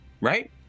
right